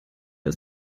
ist